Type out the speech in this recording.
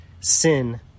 sin